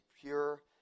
pure